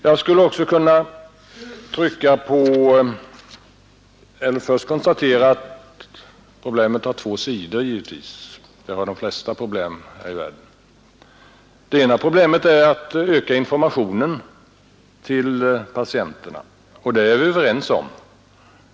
Jag vill först konstatera att problemet givetvis har två sidor — det har de flesta problem här i världen. Det gäller att öka informationen till patienterna. Om det behovet är vi överens.